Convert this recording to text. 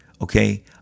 okay